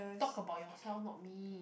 talk about yourself not me